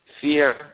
fear